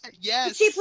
Yes